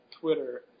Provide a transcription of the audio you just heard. Twitter